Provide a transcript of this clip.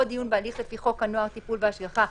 או דיון בהליך לפי חוק הנוער (טיפול והשגחה),